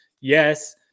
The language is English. yes